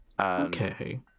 Okay